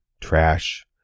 trash